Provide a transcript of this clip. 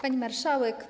Pani Marszałek!